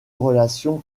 relation